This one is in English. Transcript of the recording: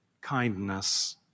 kindness